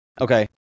Okay